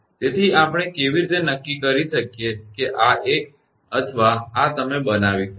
તેથી આપણે કેવી રીતે નક્કી કરી શકીએ કે આ એક અથવા આ તમે બનાવી શકો છો